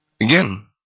Again